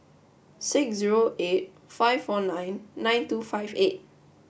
six zero eight five four nine nine two five eight